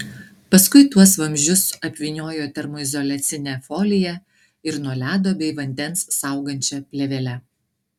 paskui tuos vamzdžius apvyniojo termoizoliacine folija ir nuo ledo bei vandens saugančia plėvele